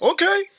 Okay